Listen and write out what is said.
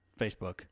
Facebook